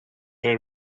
are